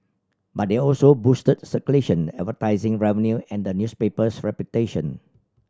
but they also boosted circulation advertising revenue and the newspaper's reputation